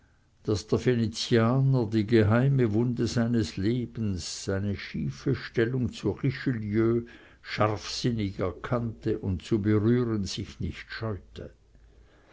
der venezianer die geheime wunde seines lebens seine schiefe stellung zu richelieu scharfsinnig erkannte und zu berühren sich nicht scheute